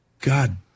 God